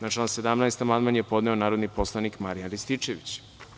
Na član 17. amandman je podneo narodni poslanik Marijan Rističević.